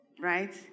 Right